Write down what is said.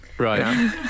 Right